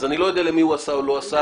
אז אני לא יודע למי הוא עשה או לא עשה.